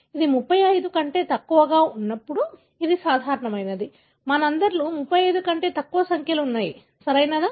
ఇది 35 కంటే తక్కువగా ఉన్నప్పుడు ఇది సాధారణమైనది మనందరిలో 35 కంటే తక్కువ సంఖ్యలు ఉన్నాయి సరియైనదా